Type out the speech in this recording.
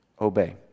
obey